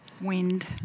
wind